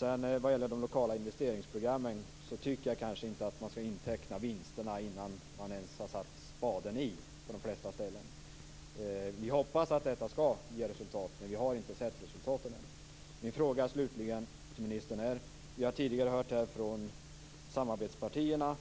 När det gäller de lokala investeringsprogrammen tycker jag inte att man skall inteckna vinsterna innan man ens har satt spaden i jorden. Vi hoppas att dessa skall ge resultat, men ännu har vi inte sett något sådant. Slutligen har jag en fråga till miljöministern. Vi har tidigare här hört från samarbetspartierna